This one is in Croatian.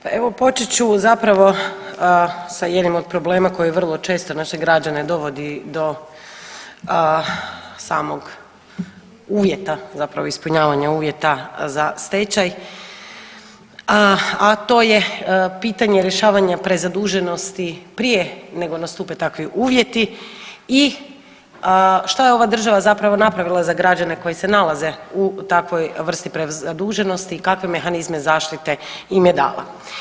Pa evo počet ću zapravo sa jednim od problema koji vrlo često naše građane dovodi do samog uvjeta zapravo ispunjavanja uvjeta za stečaj, a to je pitanje rješavanja prezaduženosti prije nego nastupe takvi uvjeti i šta je ova država zapravo napravila za građane koji se nalaze u takvoj vrsti prezaduženosti i kakve mehanizme zaštite im je dala.